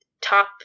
top